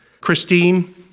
Christine